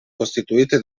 costituite